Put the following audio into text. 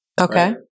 Okay